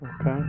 Okay